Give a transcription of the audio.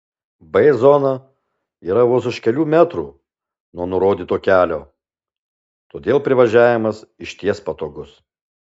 b zona yra vos už kelių metrų nuo nurodyto kelio todėl privažiavimas išties patogus